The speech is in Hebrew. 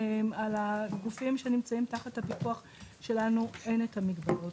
על הגופים שנמצאים תחת הפיקוח שלנו אין מגבלות,